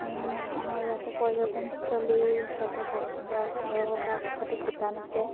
আমাৰ ইয়াতে পৰ্যটনস্থলী হিচাপে ভৈৰৱকুণ্ড আছে আৰু তাৰ কাষতে ভূটান আছে